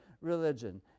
religion